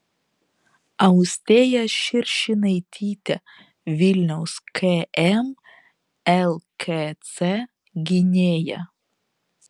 austėja širšinaitytė vilniaus km lkc gynėja